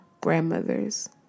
grandmothers